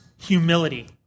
humility